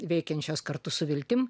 veikiančios kartu su viltim